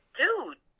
dude